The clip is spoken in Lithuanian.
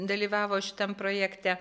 dalyvavo šitam projekte